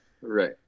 Right